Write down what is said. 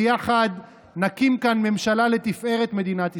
ויחד נקים כאן ממשלה לתפארת מדינת ישראל.